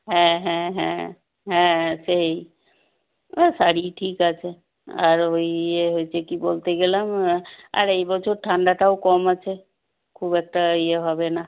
হ্যাঁ হ্যাঁ হ্যাঁ হ্যাঁ সেই ও শাড়িই ঠিক আছে আর ওই ইয়ে হয়েছে কী বলতে গেলাম আর এই বছর ঠান্ডাটাও কম আছে খুব একটা ইয়ে হবে না